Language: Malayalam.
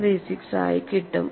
36 ആയി കിട്ടും